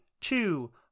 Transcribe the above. two